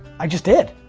i just did.